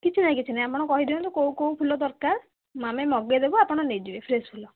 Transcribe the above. କିଛି ନାହିଁ କିଛି ନାହିଁ ଆପଣ କହିଦିଅନ୍ତୁ କେଉଁ କେଉଁ ଫୁଲ ଦରକାର ଆମେ ମଗାଇଦେବୁ ଆପଣ ନେଇଯିବେ ଫ୍ରେଶ୍ ଫୁଲ